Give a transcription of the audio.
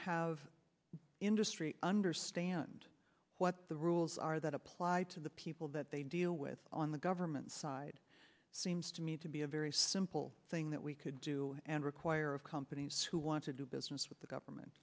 have industry understand what the rules are that applied to the people that they deal with on the government side seems to me to be a very simple thing that we could do and require of companies who want to do business with the government